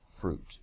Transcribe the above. fruit